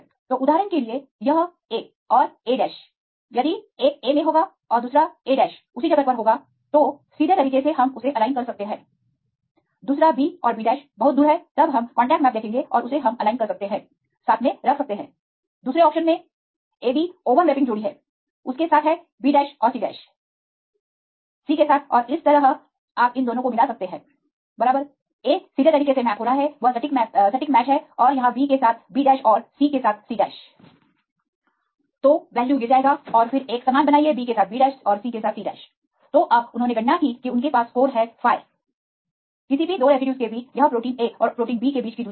तो उदाहरण के लिए यह a और a' यदि एक a मे होगा और दूसरा a' उसी जगह पर होगा तो सीधे तरीके से हम उसे अलाइन कर सकते हैं दूसरा b और b' बहुत दूर है तब हम कांटेक्ट मैप देखेंगे और उसे हम अलाइन कर सकते हैं साथ में रख सकते हैं दूसरे ऑप्शन में ab ओवरलैपिंग जोड़ी है उसके साथ है b' औरc' है c के साथ और इस तरह आप इन दोनों को मिला सकते हैं बराबर a सीधे तरीके से मैप हो रहा है वह सटीक मैच है और यहां bके साथ b'औरc के साथ c' तो वैल्यू गिर जाएगा और फिर एक समान बनाइए b के साथ b' और c के साथ c' तो अब उन्होंने गणना की कि उनके पास स्कोर है phi किसी भी 2 रेसिड्यूज के बीच यह प्रोटीन a और प्रोटीन bके बीच की दूरी है